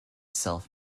self